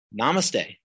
Namaste